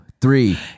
three